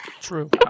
True